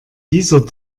dieser